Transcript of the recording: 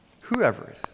whoever